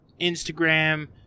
Instagram